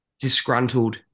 disgruntled